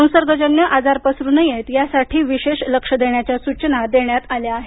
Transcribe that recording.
संसर्गजन्य आजार पसरू नयेत यासाठी विशेष लक्ष देण्याच्या सूचना देण्यात आल्या आहेत